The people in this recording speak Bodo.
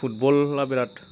फुटबलआ बिराद